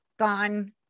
Gone